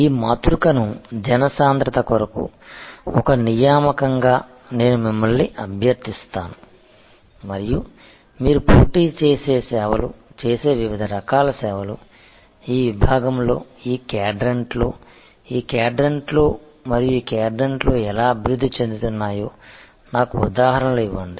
ఈ మాతృకను జనసాంద్రత కొరకు ఒక నియామకంగా నేను మిమ్మల్ని అభ్యర్థిస్తాను మరియు మీరు పోటీ సేవలు చేసే వివిధ రకాల సేవలు ఈ విభాగంలో ఈ క్వాడ్రంట్లో ఈ క్వాడ్రంట్లో మరియు ఈ క్వాడ్రంట్లో ఎలా అభివృద్ధి చెందుతున్నాయో నాకు ఉదాహరణలు ఇవ్వండి